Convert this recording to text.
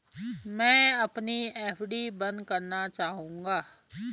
मैं अपनी एफ.डी बंद करना चाहूंगा